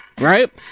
right